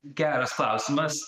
geras klausimas